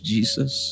Jesus